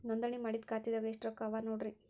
ನೋಂದಣಿ ಮಾಡಿದ್ದ ಖಾತೆದಾಗ್ ಎಷ್ಟು ರೊಕ್ಕಾ ಅವ ನೋಡ್ರಿ